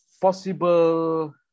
possible